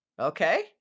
Okay